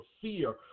fear